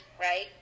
right